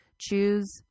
choose